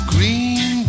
Green